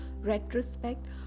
retrospect